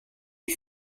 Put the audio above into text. you